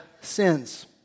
sins